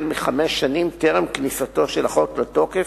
מחמש שנים טרם כניסתו של החוק לתוקף,